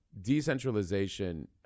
decentralization